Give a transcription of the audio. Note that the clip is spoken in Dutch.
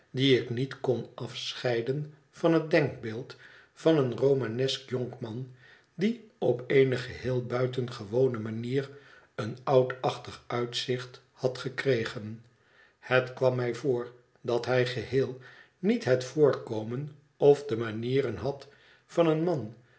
die ik niet kon afscheiden van het denkbeeld van een romanesk jonkman die op eene geheel buitengewone manier een oudachtig uitzicht had gekregen het kwam mij voor dat hij geheel niet het voorkomen of de manieren had van een man